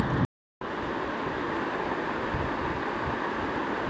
ಆಸ್ತಿ ವಿಮೆ ಮೂಲವನ್ನ ಹದಿಮೂರು ಸಾವಿರಮನೆಗಳನ್ನ ನಾಶಪಡಿಸಿದ ಗ್ರೇಟ್ ಫೈರ್ ಆಫ್ ಲಂಡನ್ ಘಟನೆಯಲ್ಲಿ ಕಾಣಬಹುದು